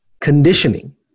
conditioning